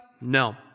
No